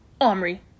Omri